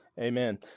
Amen